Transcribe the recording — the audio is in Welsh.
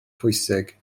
pwysig